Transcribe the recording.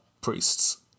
priests